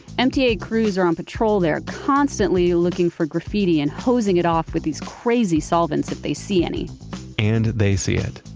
mta crews are on patrol there, constantly looking for graffiti and hosing it off with these crazy solvents if they see any and they see it.